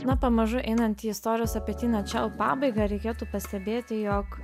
na pamažu einant į istorijos apie tina čiau pabaigą reikėtų pastebėti jog